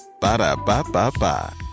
Ba-da-ba-ba-ba